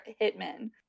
Hitman